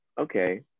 okay